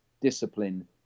discipline